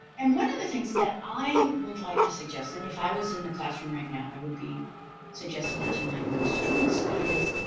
and one of the things that i would like to suggest and if i was in the classroom right now, i would be suggesting it to my own students is